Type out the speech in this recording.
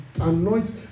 anoint